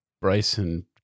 Bryson